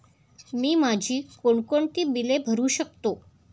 मी माझी कोणकोणती बिले भरू शकतो?